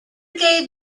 gave